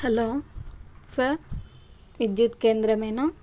hello sir విద్యుత్ కేంద్రమేనా